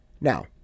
Now